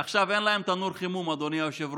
עכשיו אין להם תנור חימום, אדוני היושב-ראש,